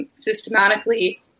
systematically